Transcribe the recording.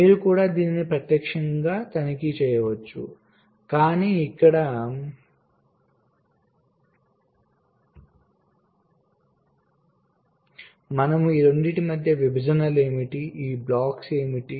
మీరు కూడా దీన్ని ప్రత్యేకంగా తనిఖీ చేయవచ్చు కాని ఇక్కడ మనము ఈ రెండింటి మధ్య విభజనలు ఏమిటి ఈ బ్లాక్స్ ఏమిటి